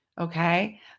Okay